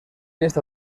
esta